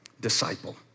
disciple